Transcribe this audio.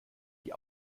die